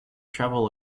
travel